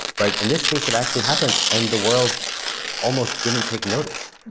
but in this case, it actually happened, and the world almost didn't take notice.